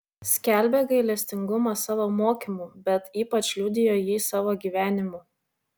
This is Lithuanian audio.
skelbė gailestingumą savo mokymu bet ypač liudijo jį savo gyvenimu